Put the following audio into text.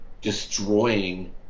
destroying